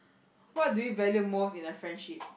what do you value most in a friendship